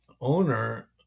owner